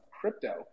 crypto